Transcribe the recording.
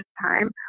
time